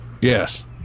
Yes